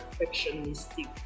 perfectionistic